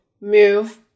move